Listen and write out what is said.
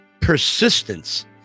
persistence